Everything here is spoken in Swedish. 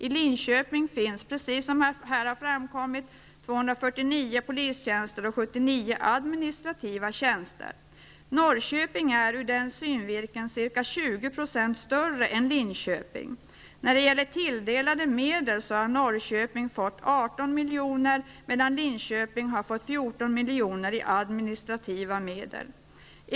I Linköping finns, precis som har framkommit tidigare, 249 polistjänster och 79 administrativa tjänster. Norrköping är ur den synvinkeln ca 20 % större än Linköping. När det gäller tilldelade medel har Norrköping fått 18 milj.kr. medan Linköping har fått 14 milj.kr. i administrativa medel.